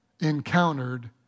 encountered